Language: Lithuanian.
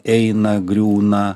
eina griūna